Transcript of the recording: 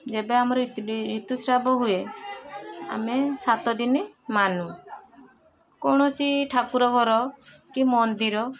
ଯେବେ ଆମର ଋତୁସ୍ରାବ ହୁଏ ଆମେ ସାତଦିନ ମାନୁ କୌଣସି ଠାକୁର ଘର କି ମନ୍ଦିର